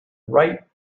right